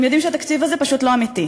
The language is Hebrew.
הם יודעים שהתקציב הזה פשוט לא אמיתי,